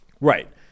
right